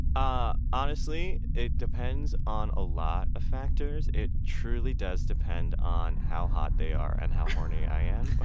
ah honestly, it depends on a lot of factors. it truly does depend on how hot they are and how horny i am.